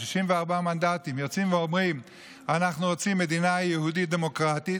64 מנדטים יוצאים ואומרים: אנחנו רוצים מדינה יהודית דמוקרטית.